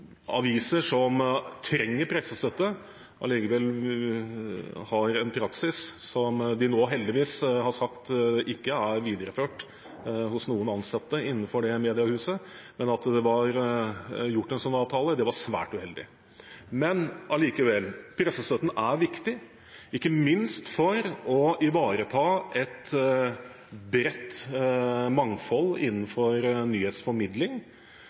aviser som trenger pressestøtte, allikevel har en slik praksis – som de nå heldigvis har sagt ikke er videreført hos noen ansatte innenfor det mediehuset. Men at det var gjort en slik avtale, var svært uheldig. Allikevel: Pressestøtten er viktig, ikke minst for å ivareta et bredt mangfold innenfor nyhetsformidling.